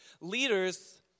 leaders